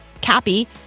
Cappy